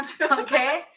Okay